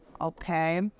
Okay